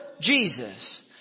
Jesus